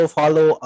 follow